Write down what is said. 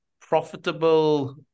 profitable